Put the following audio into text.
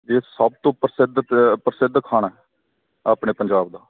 ਇਹ ਸਭ ਤੋਂ ਪ੍ਰਸਿੱਧ ਪ੍ਰ ਪ੍ਰਸਿੱਧ ਖਾਣਾ ਆਪਣੇ ਪੰਜਾਬ ਦਾ